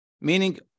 meaning